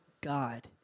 God